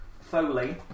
Foley